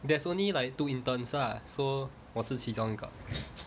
there's only like two interns lah so 我是其中一个